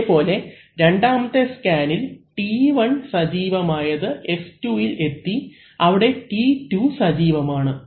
അതേപോലെ രണ്ടാമത്തെ സ്കാനിൽ T1 സജീവമായത് S2ഇൽ എത്തി അവിടെ T2 സജീവമാണ്